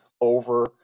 over